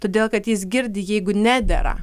todėl kad jis girdi jeigu nedera